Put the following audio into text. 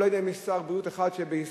או לא יודע אם היה שר בריאות אחד בהיסטוריה